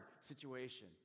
situation